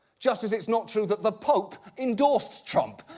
just as it's not true that the pope endorsed trump.